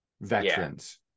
veterans